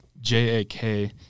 J-A-K